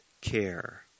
care